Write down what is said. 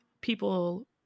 people